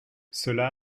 cela